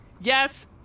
yes